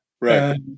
Right